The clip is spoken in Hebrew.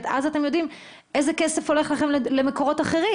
אז אתם יודעים איזה כסף הולך לכם למקורות אחרים,